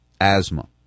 asthma